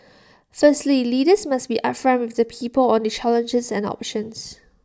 firstly leaders must be upfront with the people on the challenges and options